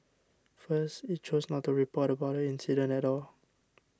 first it chose not to report about the incident at all